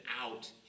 out